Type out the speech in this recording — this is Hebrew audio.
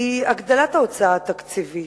היא הגדלת ההוצאה התקציבית.